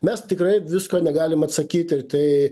mes tikrai visko negalim atsakyt ir tai